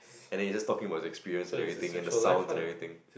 and then he's just talking about his experience and everything and the sounds and everything